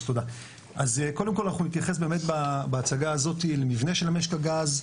קודם כל נתייחס באמת בהצגה הזאת למבנה של משק הגז,